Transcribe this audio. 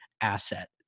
asset